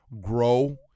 grow